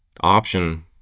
option